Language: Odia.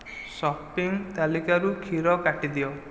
ସପିଂ ତାଲିକାରୁ କ୍ଷୀର କାଟି ଦିଅ